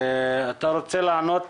רוצה לענות